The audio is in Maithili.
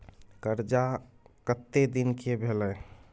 कर्जा कत्ते दिन के भेलै?